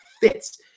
fits